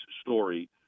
story